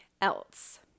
else